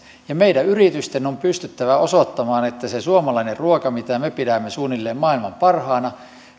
ja meidän yritysten on pystyttävä osoittamaan että se suomalainen ruoka mitä me pidämme suunnilleen maailman parhaana